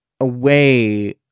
away